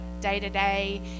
day-to-day